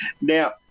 Now